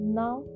now